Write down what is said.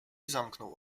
zamknął